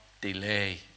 delay